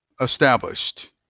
established